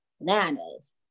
bananas